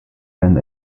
when